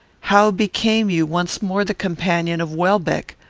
how became you once more the companion of welbeck?